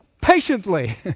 patiently